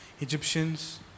Egyptians